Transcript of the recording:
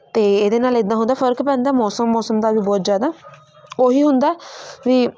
ਅਤੇ ਇਹਦੇ ਨਾਲ ਇੱਦਾਂ ਹੁੰਦਾ ਫਰਕ ਪੈਂਦਾ ਮੌਸਮ ਮੌਸਮ ਦਾ ਵੀ ਬਹੁਤ ਜ਼ਿਆਦਾ ਉਹੀ ਹੁੰਦਾ ਵੀ